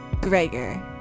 Gregor